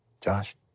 Josh